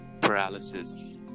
Paralysis